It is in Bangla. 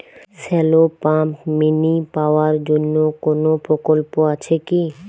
শ্যালো পাম্প মিনি পাওয়ার জন্য কোনো প্রকল্প আছে কি?